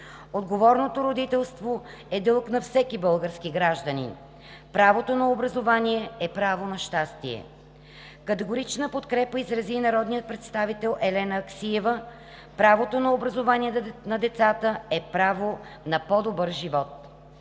Отговорното родителство е дълг на всеки български гражданин. Правото на образование е право на щастие. Категорична подкрепа изрази и народният представител Елена Аксиева, правото на образование на децата е право на по-добър живот.